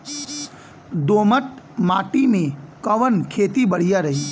दोमट माटी में कवन खेती बढ़िया रही?